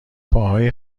پاهای